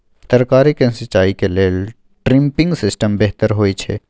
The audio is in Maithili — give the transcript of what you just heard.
तरकारी के सिंचाई के लेल ड्रिपिंग सिस्टम बेहतर होए छै?